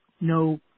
no